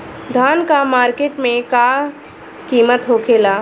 धान क मार्केट में का कीमत होखेला?